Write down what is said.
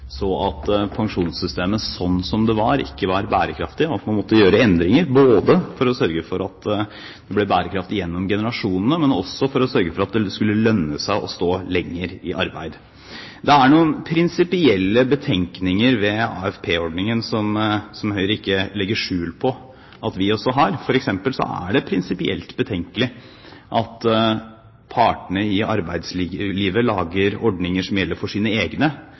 så at pensjonssystemet slik det var, ikke var bærekraftig, og at man måtte gjøre endringer, både for å sørge for at det ble bærekraftig gjennom generasjoner, og for å sørge for at det skulle lønne seg å stå lenger i arbeid. Det er noen prinsipielle betenkninger ved AFP-ordningen som Høyre ikke legger skjul på at vi også har. For eksempel er det prinsipielt betenkelig at partene i arbeidslivet lager ordninger som gjelder for sine egne,